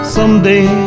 Someday